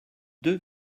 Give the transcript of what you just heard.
deux